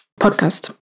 podcast